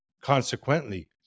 Consequently